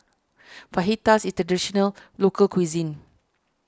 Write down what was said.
Fajitas is a Traditional Local Cuisine